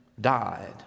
died